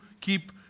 keep